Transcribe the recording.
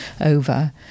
over